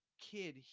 kid